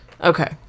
Okay